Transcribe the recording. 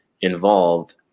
involved